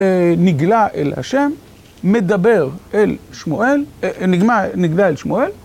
נגלה אל השם, מדבר אל שמואל, נגמה, נגלה אל שמואל.